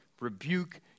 rebuke